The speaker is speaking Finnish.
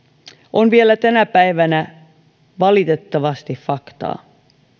on vielä tänä päivänä valitettavasti faktaa